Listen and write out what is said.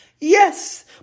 Yes